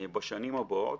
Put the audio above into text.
בשנים הבאות,